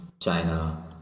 China